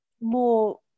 more